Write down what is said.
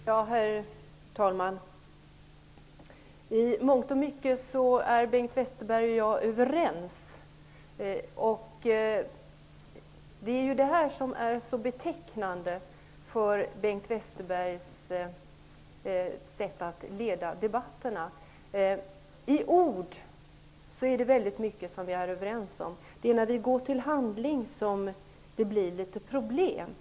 Herr talman! I mångt och mycket är Bengt Westerberg och jag överens. Det är det här som är så betecknande för Bengt Westerbergs sätt att leda debatterna. I ord är det mycket vi är överens om. Men när vi går till handling blir det litet problem.